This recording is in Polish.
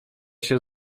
się